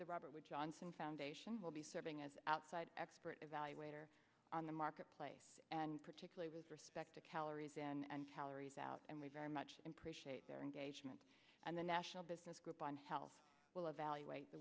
the robert wood johnson foundation will be serving as outside expert evaluator on the marketplace and particularly with respect to calories in and calories out and we very much appreciate their engagement and the national business group on health will evaluate the